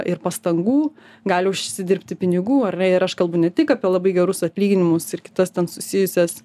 ir pastangų gali užsidirbti pinigų ir aš kalbu ne tik apie labai gerus atlyginimus ir kitas ten susijusias